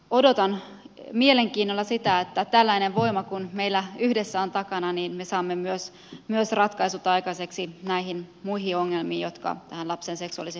odotan mielenkiinnolla sitä että tällainen voima kun meillä yhdessä on takana me saamme ratkaisut aikaiseksi myös näihin muihin ongelmiin jotka tähän lapsen seksuaaliseen hyväksikäyttöön liittyvät